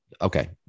okay